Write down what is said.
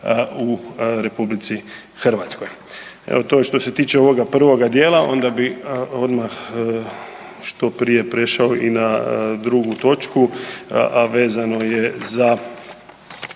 u RH. Evo, to je što se tiče ovoga prvoga dijela, onda bih odmah što prije prešao i na drugu točku, a vezano je za